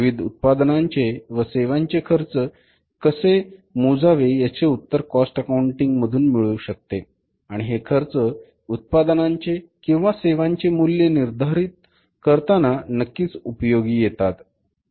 विविध उत्पादनांचे व सेवांचे खर्च हे कसे मोजावे याचे उत्तर कॉस्ट अकाऊंटिंग मधून मिळू शकते आणि हे खर्च उत्पादनांचे किंवा सेवांचे मूल्य निर्धारण करताना नक्कीच उपयोगी येतात